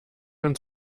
und